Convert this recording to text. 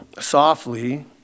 softly